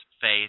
faith